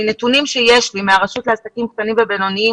מנתונים שיש לי מהרשות לעסקים קטנים ובינוניים,